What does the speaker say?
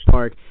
Park